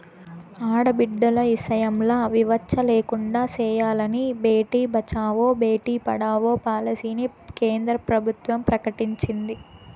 ఆడబిడ్డల ఇసయంల వివచ్చ లేకుండా సెయ్యాలని బేటి బచావో, బేటీ పడావో పాలసీని కేంద్ర ప్రభుత్వం ప్రకటించింది